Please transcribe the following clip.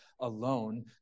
alone